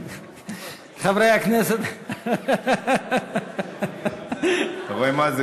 חברי הכנסת אתה רואה מה זה?